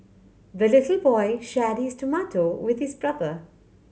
the little boy shared his tomato with his brother